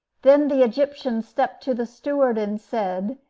then the egyptian stepped to the steward, and said,